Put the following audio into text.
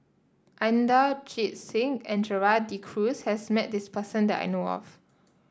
Inderjit Singh and Gerald De Cruz has met this person that I know of